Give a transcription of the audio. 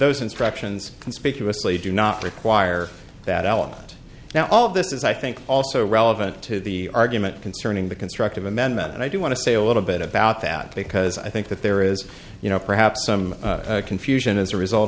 those instructions conspicuously do not require that element now all of this is i think also relevant to the argument concerning the constructive amendment and i do want to say a little bit about that because i think that there is you know perhaps some confusion as a result